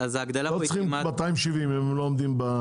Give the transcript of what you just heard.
הם לא צריכים 270 אם הם לא עומדים.